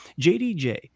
JDJ